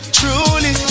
truly